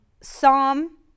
Psalm